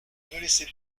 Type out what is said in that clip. laissez